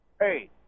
hey